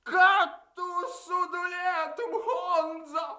kad tu sudulėtum honza